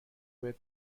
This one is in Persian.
بهت